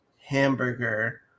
hamburger